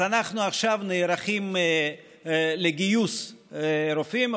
אז אנחנו עכשיו נערכים לגיוס רופאים,